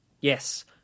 yes